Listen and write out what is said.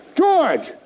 george